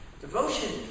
Devotion